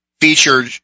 featured